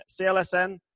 CLSN